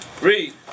Read